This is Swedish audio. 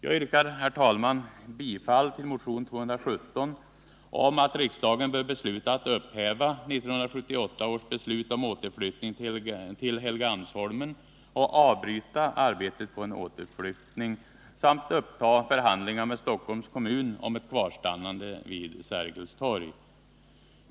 Jag yrkar, herr talman, bifall till motion 217 om att riksdagen bör besluta att upphäva 1978 års beslut om återflyttning till Helgeandsholmen, och vidare avbryta arbetet på en återflyttning samt uppta förhandlingar med Stockholms kommun om ett kvarstannande vid Sergels torg.